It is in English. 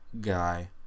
guy